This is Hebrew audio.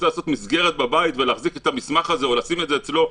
רוצה למסגר את זה בבית או לשים את זה בתיקייה אצלו,